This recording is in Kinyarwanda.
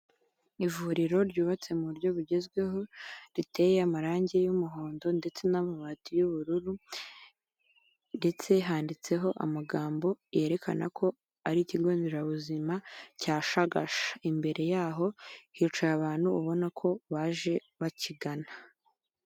Ivuriro ryubatse mu buryo bugezweho riteye amarangi y'umuhondo ndetse n'amabati y'ubururu ndetse handitseho amagambo yerekana ko ari ikigonderabuzima cya Shagasha, imbere yaho hicaye abantu ubona ko baje bakigana.